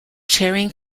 charing